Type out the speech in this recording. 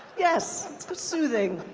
yes, it's but soothing.